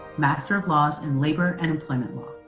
master of laws in labor and employment law.